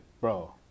Bro